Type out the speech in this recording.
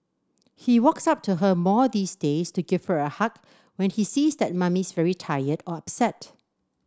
he walks up to her more these days to give her a hug when he sees that mummy's very tired or upset